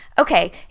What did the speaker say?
okay